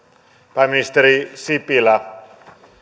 pääministeri sipilä